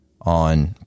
on